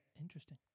Interesting